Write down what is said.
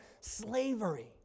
slavery